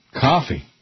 Coffee